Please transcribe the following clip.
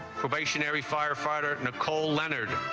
stationary firefighter nicole leonard